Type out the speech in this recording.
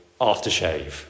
aftershave